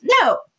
No